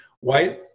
white